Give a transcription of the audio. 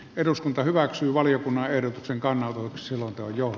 eduskunta hyväksyy valiokunnan ehdotuksen kannalla yksi johtoon jo